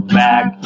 back